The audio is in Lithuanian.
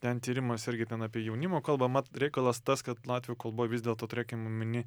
ten tyrimas irgi ten apie jaunimo kalbą mat reikalas tas kad latvių kalboj vis dėlto turėkim omeny